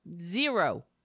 Zero